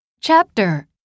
Chapter